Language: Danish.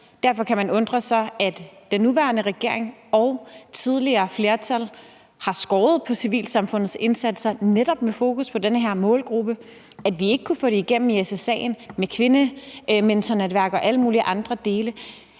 derfor kan man undre sig over, at den nuværende regering og tidligere flertal har skåret på civilsamfundets indsatser netop med fokus på den her målgruppe, og vi kunne ikke få det igennem i SSA'en med kvindenetværk og alle mulige andre dele.